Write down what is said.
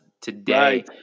today